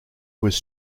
was